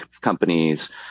companies